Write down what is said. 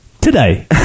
today